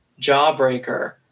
jawbreaker